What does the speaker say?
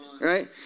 Right